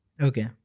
okay